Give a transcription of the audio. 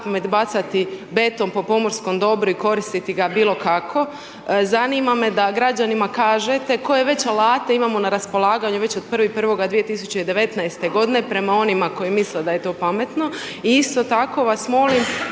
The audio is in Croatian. bacati beton po pomorskom dobru i koristiti ga bilo kako, zanima me da građanima kažete koje već alate imamo na raspolaganju već od 1.1.2019. godine prema onima koji misle da je to pametno i isto tako vas molim